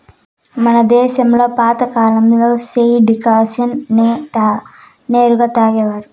మన దేశంలో పాతకాలంలో చాయ్ డికాషన్ నే నేరుగా తాగేసేవారు